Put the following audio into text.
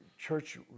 church